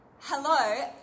Hello